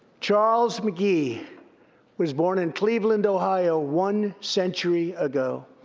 charles mcgee was born in cleveland, ohio, one century ago.